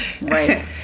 Right